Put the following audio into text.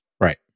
Right